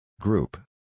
Group